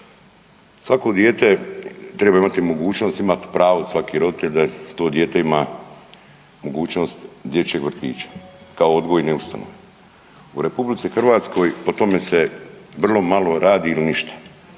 Svako dijete treba imati mogućnost, imati pravo svaki roditelj da to dijete ima mogućnost dječjeg vrtića kao odgojne ustanove. U Republici Hrvatskoj po tome se vrlo malo radi ili ništa,